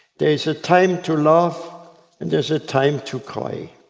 there's a time to laugh and there's a time to cry.